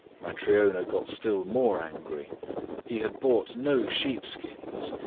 matryona got still more angry he had bought no sheep-skins,